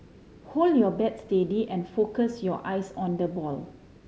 hold your bat steady and focus your eyes on the ball